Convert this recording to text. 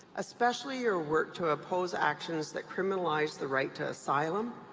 especially your work to oppose actions that criminalize the right to asylum,